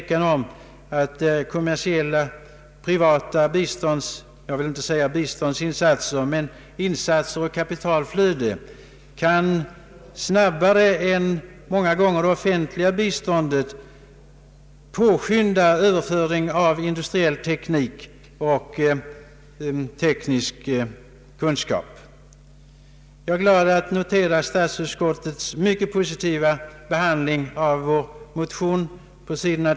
Kommersiella insatser kan ibland snabbare än offentligt bistånd påskynda överföring av industriell teknik och teknisk kunskap. Jag är glad över att notera statsutskottets mycket positiva behandling av vår motion på s.